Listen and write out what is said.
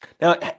Now